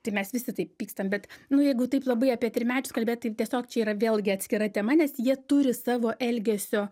tai mes visi taip pykstam bet nu jeigu taip labai apie trimečius kalbėt tai tiesiog čia yra vėlgi atskira tema nes jie turi savo elgesio